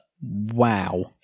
Wow